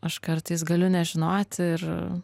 aš kartais galiu nežinoti ir